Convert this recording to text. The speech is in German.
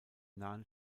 nahen